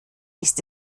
ist